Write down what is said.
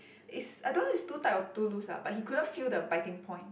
is I don't know is too tight or too loose lah but he couldn't feel the biting point